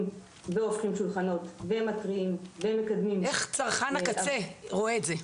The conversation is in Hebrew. והופכים שולחנות ומתריעים ומקדמים --- איך צרכן הקצה רואה את זה,